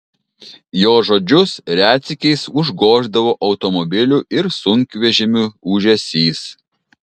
jo žodžius retsykiais užgoždavo automobilių ir sunkvežimių ūžesys